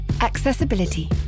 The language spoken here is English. Accessibility